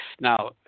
Now